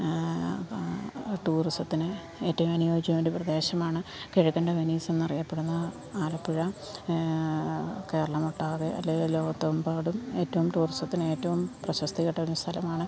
ടൂറിസത്തിന് ഏറ്റവും അനുയോജ്യമായൊരു പ്രദേശമാണ് കിഴക്കിൻ്റെ വെനീസ് എന്ന് അറിയപ്പെടുന്ന ആലപ്പുഴ കേരളം ഒട്ടാകെ അല്ലെങ്കിൽ ലോകത്തെമ്പാടും ഏറ്റവും ടൂറിസത്തിന് ഏറ്റവും പ്രശസ്തി കേട്ടൊരു സ്ഥലമാണ്